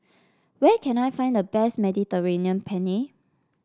where can I find the best Mediterranean Penne